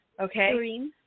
Okay